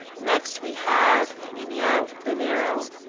next we have ninia linero.